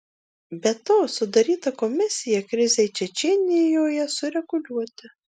be to sudaryta komisija krizei čečėnijoje sureguliuoti